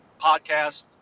podcast